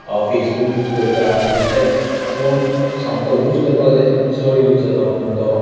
हांव Facebook use करतां it's like phone सामको यूस करपाक जाय ताच्याकून चड यूस जाता फोन तो